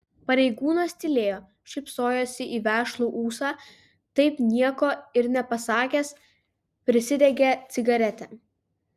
pareigūnas tylėjo šypsojosi į vešlų ūsą taip nieko ir nepasakęs prisidegė cigaretę